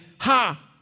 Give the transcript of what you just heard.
ha